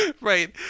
Right